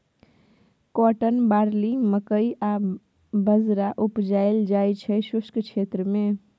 cotton, barley, मकइ आ बजरा उपजाएल जाइ छै शुष्क क्षेत्र मे